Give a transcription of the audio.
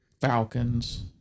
Falcons